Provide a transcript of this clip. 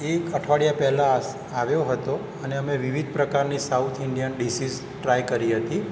એક અઠવાડિયા પહેલાં આવ્યો હતો અને અમે વિવિધ પ્રકારની સાઉથ ઇંડિયન ડિસિસ ટ્રાય કરી હતી